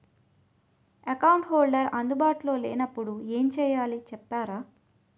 Account holder అందు బాటులో లే నప్పుడు ఎం చేయాలి చెప్తారా?